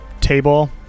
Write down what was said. table